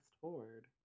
forward